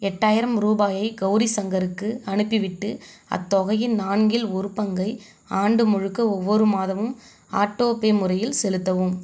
எட்டாயிரம் ரூபாயை கௌரி சங்கருக்கு அனுப்பிவிட்டு அத்தொகையின் நான்கில் ஒரு பங்கை ஆண்டு முழுக்க ஒவ்வொரு மாதமும் ஆட்டோபே முறையில் செலுத்தவும்